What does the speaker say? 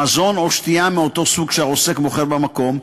מזון או שתייה מאותו סוג שהעוסק מוכר במקום,